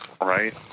right